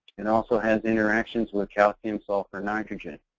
and also has interactions with calcium, sulfur and nitrogen.